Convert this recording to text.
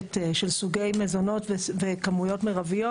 בתוספת של סוגי מזונות וכמויות מירביות.